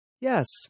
Yes